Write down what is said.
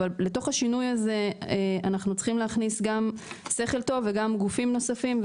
אבל לתוך השינוי הזה אנחנו צריכים להכניס גם שכל טוב וגם גופים נוספים,